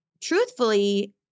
truthfully